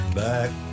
back